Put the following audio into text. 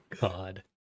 god